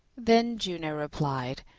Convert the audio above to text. then juno replied,